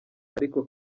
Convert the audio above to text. ariko